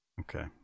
Okay